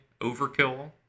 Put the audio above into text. overkill